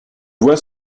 vois